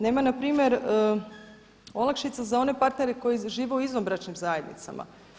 Nema na primjer olakšica za one partnere koji žive u izvanbračnim zajednicama.